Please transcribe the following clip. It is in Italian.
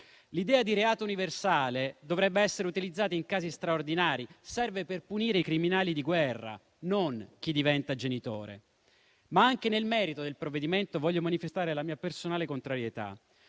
L'idea di reato universale dovrebbe essere utilizzata in casi straordinari, serve per punire i criminali di guerra, non chi diventa genitore. Ma anche nel merito del provvedimento voglio manifestare la mia personale contrarietà.